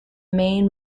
main